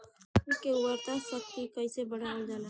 माटी के उर्वता शक्ति कइसे बढ़ावल जाला?